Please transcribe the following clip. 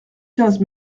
quinze